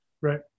Right